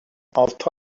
altı